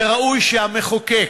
וראוי שהמחוקק,